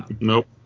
Nope